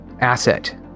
asset